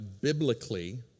biblically